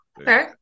okay